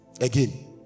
again